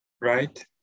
right